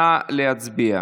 נא להצביע.